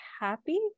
happy